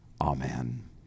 Amen